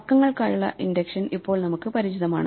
അക്കങ്ങൾക്കായുള്ള induction ഇപ്പോൾ നമുക്ക് പരിചിതമാണ്